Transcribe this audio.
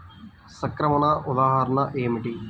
సంక్రమణ ఉదాహరణ ఏమిటి?